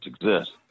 exist